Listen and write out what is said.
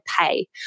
pay